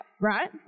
Right